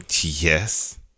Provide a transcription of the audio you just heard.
Yes